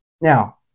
Now